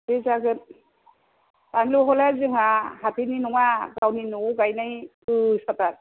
दे जागोन बानलु हले जोंना हाथायनि नङा गावनि न'आव गायनाय गोसाथार